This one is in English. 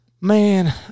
man